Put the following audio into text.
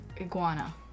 iguana